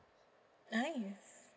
nice